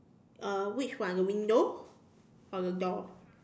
uh which one the window or the door